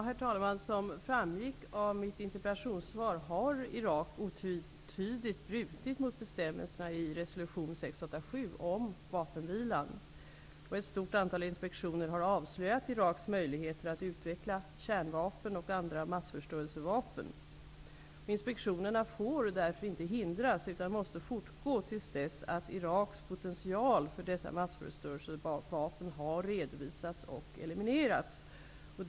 Herr talman! Som framgick av mitt interpellationssvar har Irak otvetydigt brutit mot bestämmelserna i resolution 687 om vapenvilan. Ett stort antal inspektioner har avslöjat Iraks möjligheter att utveckla kärnvapen och andra massförstörelsevapen. Inspektionerna får därför inte hindras, utan de måste fortgå till dess att Iraks potential för dessa massförstörelsevapen har redovisats och eliminerats.